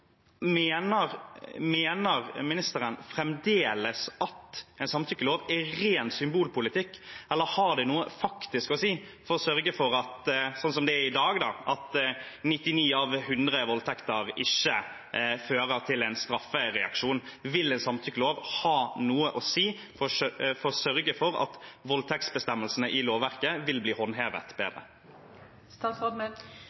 en samtykkelov er ren symbolpolitikk, eller har det noe faktisk å si for å sørge for – slik som det er i dag – at 99 av 100 voldtekter ikke fører til en straffereaksjon? Vil en samtykkelov ha noe å si for å sørge for at voldtektsbestemmelsene i lovverket vil bli håndhevet